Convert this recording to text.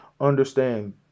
understand